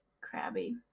crabby